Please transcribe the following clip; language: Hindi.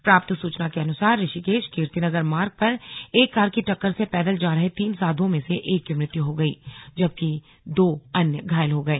प्राप्त सूचना के अनुसार ऋषिकेश कीर्तिनगर मार्ग पर एक कार की टक्कर से पैदल जा रहे तीन साधुओं में से एक की मृत्य हो गई जबकि दो घायल हो गए